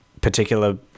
particular